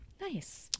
Nice